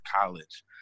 college